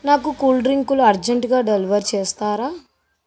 నాకు కూల్ డ్రింక్లు అర్జెంటుగా డెలివర్ చేస్తారా